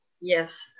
Yes